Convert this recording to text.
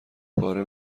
پاره